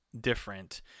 different